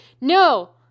no